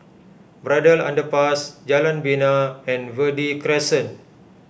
Braddell Underpass Jalan Bena and Verde Crescent